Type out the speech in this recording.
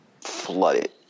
flooded